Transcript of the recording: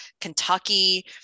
Kentucky